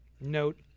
note